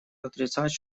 отрицать